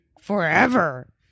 Forever